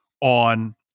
on